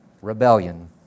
rebellion